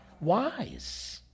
Wise